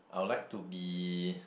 I would like to be